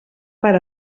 per